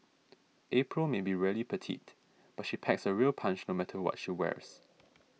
April may be really petite but she packs a real punch no matter what she wears